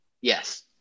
Yes